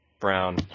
Brown